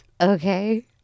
Okay